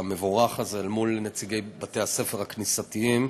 המבורך הזה אל מול נציגי בתי-הספר הכנסייתיים,